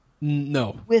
No